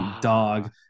dog